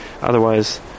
otherwise